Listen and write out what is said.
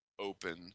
open